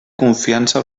confiança